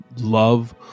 love